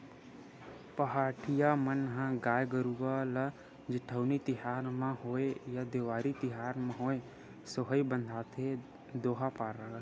पहाटिया मन ह गाय गरुवा ल जेठउनी तिहार म होवय या देवारी तिहार म होवय सोहई बांधथे दोहा पारत